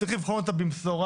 צריך לבחון אותה במשורה,